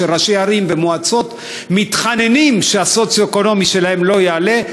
שראשי ערים ומועצות מתחננים שהמדד הסוציו-אקונומי שלהן לא יעלה,